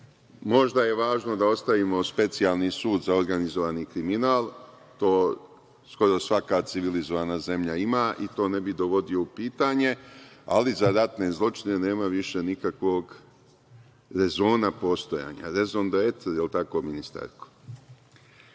Možda je važno da ostavimo Specijalni sud za organizovani kriminal, to skoro svaka civilizovana zemlja ima i to ne bih dovodio u pitanje, ali, za ratne zločine nema više nikakvog rezona postojanja. Rezon „de etre“, jel tako, ministarko? Da